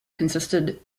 consisted